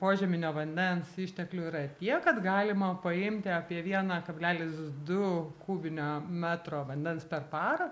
požeminio vandens išteklių yra tiek kad galima paimti apie vieną kablelis du kubinio metro vandens per parą